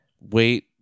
wait